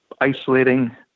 isolating